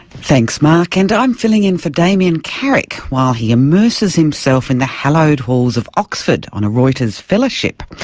thanks, mark, and i'm filling in for damien carrick while he immerses himself in the hallowed halls of oxford on a reuters fellowship.